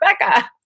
Rebecca